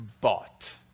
bought